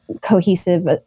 cohesive